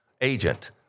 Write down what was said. agent